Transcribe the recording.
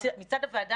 כל מה שאגיד,